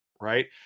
right